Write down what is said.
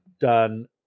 done